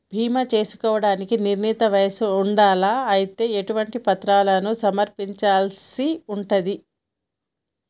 బీమా చేసుకోవడానికి నిర్ణీత వయస్సు ఉండాలా? అలాగే ఎటువంటి పత్రాలను సమర్పించాల్సి ఉంటది?